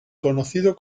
conocido